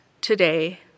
today